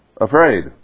afraid